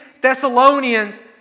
Thessalonians